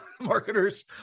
Marketers